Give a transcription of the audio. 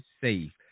safe